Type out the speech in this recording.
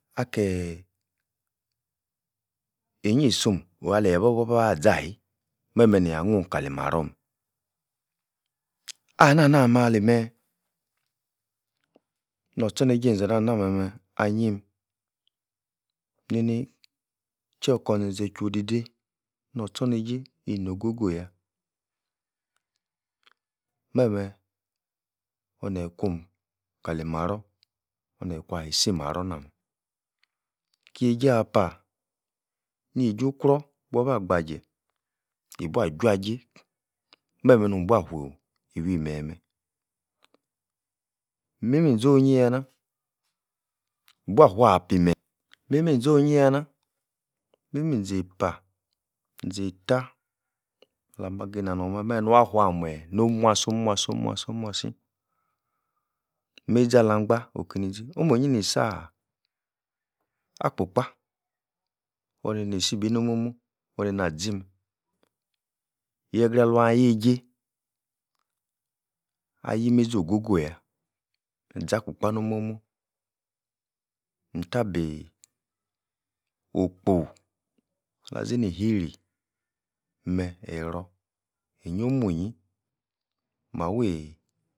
Ah-keee-eh inyi-isom oru-aleh abah-bu bah-zahi, meh-meh-nia-nuhm kali marror-meh, ah-nah-na-mah ali-meh nor-tchorneije enza-nah-nah-meh-meh anyim, nini, chie-kor, enze-zen chwo-odi-dei, norh, tchor-neije, ino'h-go-go yah, meh-meh, oneh-kwo'h kali-marror oneyi-kwa-isi-marror nah-meh kei-jiapah. nei-ju-ukror kwa-bah gbaje, yibua-chwua-jei meh-meh nubuafu iwi-meyi-meh, mimi-zo'h onyi-yah-nah, ibuah-fua api-meyi, mimi-zoh onyi-yah-nah, miimi-enzeipah, inzei-tah, alah-mah-ginah-norh-meh, meh nuafua meyi noddshmuasi-oh-muasi-oh-muasi-oh-muasi oh-muasi meizi-alah-gban okini-zi, omuiyi ni-saaah, akpukpa, onini-sibi no'h muomu oneina-zi meh, yegra-aluan yegei, ayi-meizi oh-go-go yah mazah-akpukpa no'h muomu ntah-bi okpo azini-ihiri meh eror nyi-omuiyi mawiii